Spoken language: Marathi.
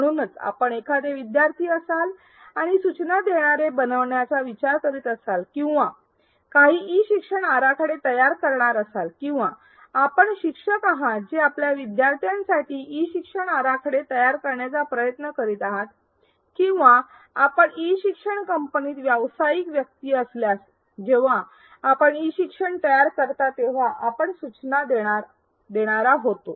म्हणूनच आपण एखादे विद्यार्थी असाल आणि सूचना देणारे बनण्याचा विचार करीत असाल किंवा काही ई शिक्षण आराखडे तयार करणार असाल किंवा आपण शिक्षक आहात जे आपल्या विद्यार्थ्यांसाठी ई शिक्षण आराखडे तयार करण्याचा प्रयत्न करीत आहात किंवा आपण ई शिक्षण कंपनीत व्यावसायिक व्यक्ती असल्यास जेव्हा आपण ई शिक्षण तयार करता तेव्हा आपण सूचना देणारा होतो